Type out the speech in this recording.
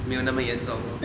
没有那么严重 lor